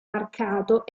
marcato